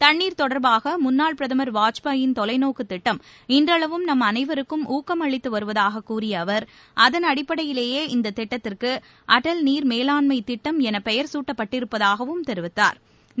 தண்ணீர் தொடர்பாக முன்னாள் பிரதமர் வாஜ்பாயின் தொலைநோக்கு திட்டம் இன்றளவும் நம் அனைவருக்கும் ஊக்கம் அளித்து வருவதாக கூறிய அவர் அதன் அடிப்படையிலேயே இந்த திட்டத்திற்கு அடல் நீர் மேலாண்மை திட்டம் என பெயர் சூட்டப்பட்டிருப்பதாகவும் தெரிவித்தாா்